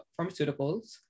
Pharmaceuticals